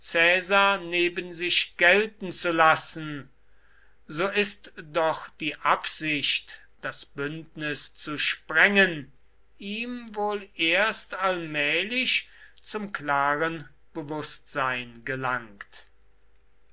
neben sich gelten zu lassen so ist doch die absicht das bündnis zu sprengen ihm wohl erst allmählich zum klaren bewußtsein gelangt